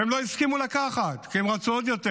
והם לא הסכימו לקחת, כי הם רצו עוד יותר.